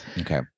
Okay